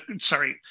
sorry